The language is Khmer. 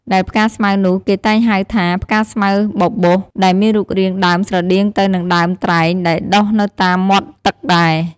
ដែលផ្កាស្មៅនោះគេតែងហៅថា ផ្កាស្មៅបបោស ដែលមានរូបរាងដើមស្រដៀងទៅនឹងដើមត្រែងដែលដុះនៅតាមមាត់ទឹកដែរ។